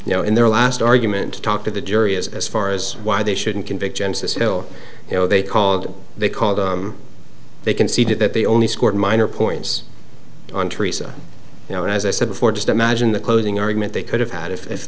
you know in their last argument to talk to the jury as far as why they shouldn't convict gensis still you know they called they called they conceded that they only scored minor points on teresa you know as i said before just imagine the closing argument they could have had if